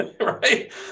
right